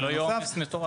אז שלא יהיה עומס מטורף.